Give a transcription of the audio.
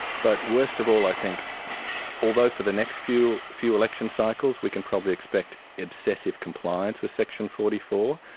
but worst of all i think although for the next few few election cycles we can probably expect obsessive compliance with the section forty four,